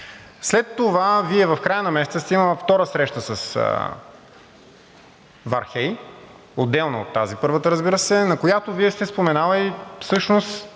След това, в края на месеца Вие сте имали втора среща с Вархеи, отделно от първата, разбира се, на която Вие сте споменали и всъщност